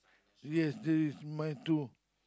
yes this is my tool